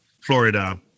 Florida